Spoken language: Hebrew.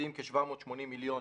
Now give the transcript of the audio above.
מסיעים כ-780 מיליון